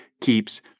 keeps